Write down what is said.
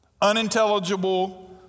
Unintelligible